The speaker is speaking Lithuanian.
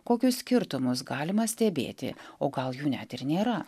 kokius skirtumus galima stebėti o gal jų net ir nėra